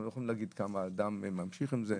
לא יכולים להגיד כמה אדם ממשיך עם זה.